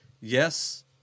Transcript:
Yes